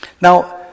Now